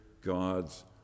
God's